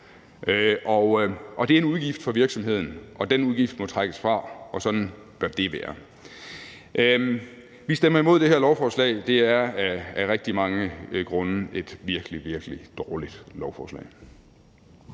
Det er en udgift for virksomheden. Den udgift må trækkes fra, og sådan bør det være. Vi stemmer imod det her lovforslag. Det er af rigtig mange grunde et virkelig, virkelig dårligt lovforslag.